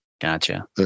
Gotcha